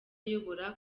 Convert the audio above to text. ayobora